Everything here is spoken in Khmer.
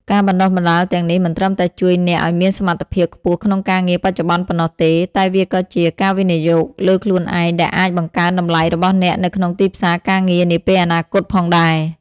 ការបណ្ដុះបណ្ដាលទាំងនេះមិនត្រឹមតែជួយអ្នកឲ្យមានសមត្ថភាពខ្ពស់ក្នុងការងារបច្ចុប្បន្នប៉ុណ្ណោះទេ តែវាក៏ជា ការវិនិយោគលើខ្លួនឯង ដែលអាច បង្កើនតម្លៃរបស់អ្នកនៅក្នុងទីផ្សារការងារ នាពេលអនាគតផងដែរ។